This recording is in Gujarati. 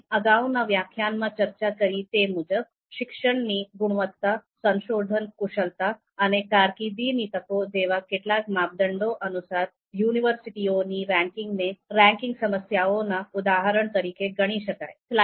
આપણે અગાઉના વ્યાખ્યાનમાં ચર્ચા કરી તે મુજબ શિક્ષણની ગુણવત્તા સંશોધન કુશળતા અને કારકિર્દીની તકો જેવા કેટલાક માપદંડો અનુસાર યુનિવર્સિટીઓની રેન્કિંગ ને રેન્કિંગ સમસ્યાઓના ઉદાહરણ તરીકે ગણી શકાય